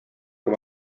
com